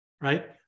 right